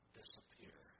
disappear